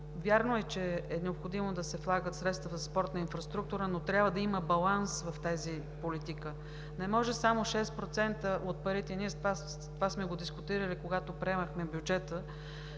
Вярно е, че е необходимо да се влагат средства в спортна инфраструктура, но трябва да има баланс в тази политика. Не може само 6% от парите – това сме го дискутирали, когато приемахме бюджета,